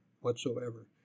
whatsoever